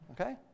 Okay